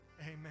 amen